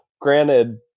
granted